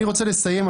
אני רוצה לסיים,